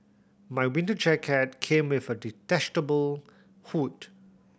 my winter jacket came with a detachable hood